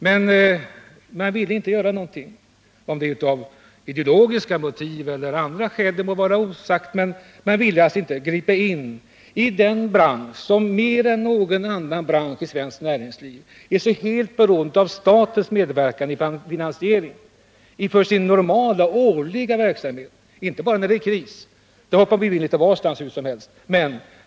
Men de borgerliga ville inte göra någonting. Om det var av ideologiska motiv eller av andra skäl må vara osagt, men de ville alltså inte gripa in i den bransch som mer än någon annan bransch i svenskt näringsliv är så beroende av statens medverkan i finansieringen — också när det gäller den normala verksamheten, inte bara när det är kris, för då hoppar staten in litet varstans hur som helst.